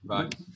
Bye